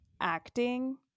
acting